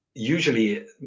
usually